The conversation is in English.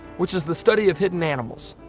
which is the study of hidden animals.